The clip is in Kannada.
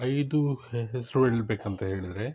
ಐದು ಹೆ ಹೆಸರು ಹೇಳಬೇಕಂತ ಹೇಳಿದರೆ